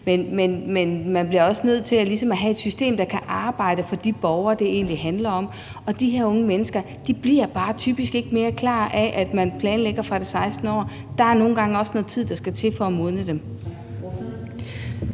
Men man bliver også nødt til ligesom at have et system, der kan arbejde for de borgere, det egentlig handler om, og de her unge mennesker bliver bare typisk ikke mere klar af, at man planlægger fra det 16. år. Der er nogle gange også noget tid, der skal til, for at modne dem.